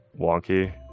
Wonky